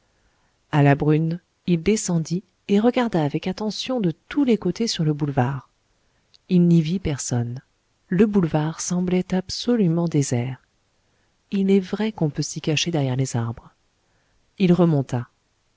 à la brune il descendit et regarda avec attention de tous les côtés sur le boulevard il n'y vit personne le boulevard semblait absolument désert il est vrai qu'on peut s'y cacher derrière les arbres il remonta